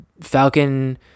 Falcon